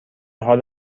حال